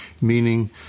meaning